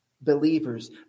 believers